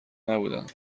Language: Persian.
نبودم